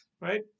right